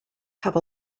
have